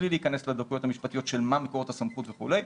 בלי להיכנס לדקויות המשפטיות של מה מקור הסמכות וכולי,